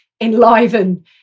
enliven